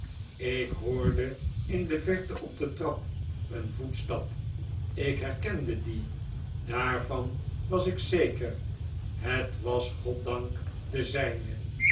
ik hoorde in de verte op de trap een voetstan ik herkende dien daarvan was ik zeker het was goddank de zijne